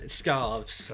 scarves